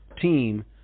team